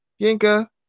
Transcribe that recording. Yinka